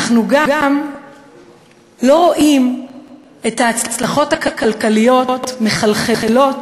אנחנו גם לא רואים את ההצלחות הכלכליות מחלחלות